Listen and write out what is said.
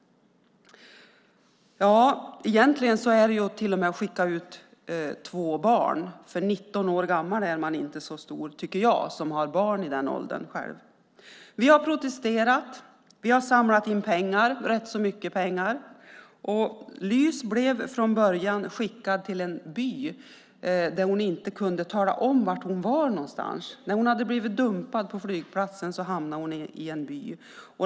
Egentligen skickar man ut två barn eftersom man inte är så stor när man är 19 år, tycker jag som har barn i den åldern. Vi har protesterat, och vi har samlat ihop rätt så mycket pengar. Lys blev från början, efter att ha blivit dumpad på flygplatsen, skickad till en by där hon inte kunde tala om var någonstans hon var.